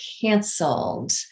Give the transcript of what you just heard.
canceled